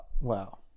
wow